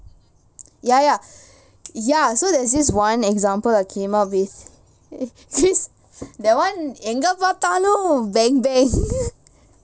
ya ya ya so there's this one example I came up with that one எங்க பாத்தாலும்:enga paathaalum